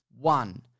One